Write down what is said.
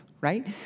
right